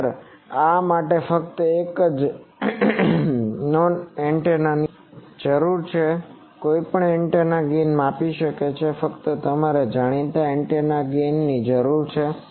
ખરેખર આ માટે ફક્ત એક અન નોન અજ્ઞાતunknownએન્ટેનાની જરૂર છે કોઈપણ એન્ટેના ગેઇનને માપી શકાય છે ફક્ત તમારે જાણીતા ગેઇન એન્ટેનાની જરૂર છે